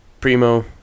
Primo